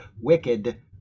wicked